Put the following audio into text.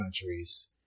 countries